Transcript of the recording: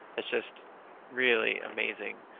it's just really amazing.